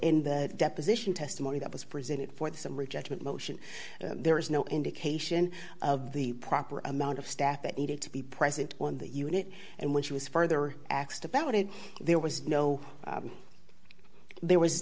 in the deposition testimony that was presented for the summary judgment motion there is no indication of the proper amount of staff that needed to be present on the unit and when she was further axed about it there was no there was